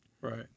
Right